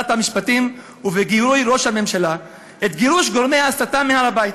המשפטים ובגיבוי ראש הממשלה את גירוש גורמי ההסתה מהר-הבית.